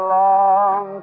long